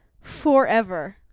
forever